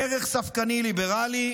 ערך ספקני-ליברלי,